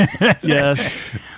yes